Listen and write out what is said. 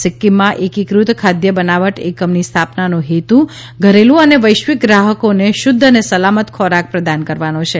સિક્કીમમાં એકીકૃત ખાદ્ય બનાવટ એકમની સ્થાપનાનો હેતુ ઘરેલુ અને વૈશ્વિક ગ્રાહકોને શુદ્ધ અને સલામત ખોરાક પ્રદાન કરવાનો છે